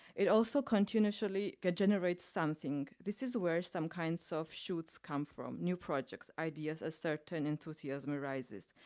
it also continually generates something. this is where some kinds of shoots come from, new projects, ideas, a certain enthusiasm arises,